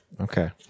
Okay